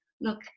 look